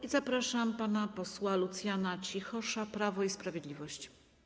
I zapraszam pana posła Lucjana Cichosza, Prawo i Sprawiedliwość.